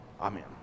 Amen